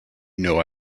know